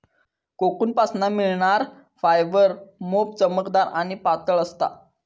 कोकूनपासना मिळणार फायबर मोप चमकदार आणि पातळ असता